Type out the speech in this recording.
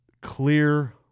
clear